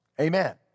Amen